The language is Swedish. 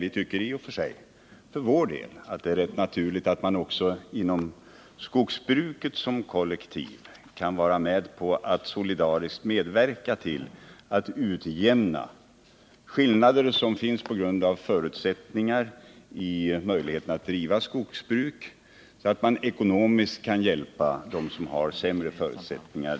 Vi tycker för vår del att det i och för sig är rätt naturligt att man också inom skogsbruket som kollektiv kan solidariskt medverka till att utjämna de skillnader som finns på grund av olika möjligheter att driva skogsbruk, så att man ekonomiskt kan hjälpa dem som har sämre förutsättningar.